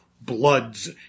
bloods